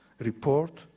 ...report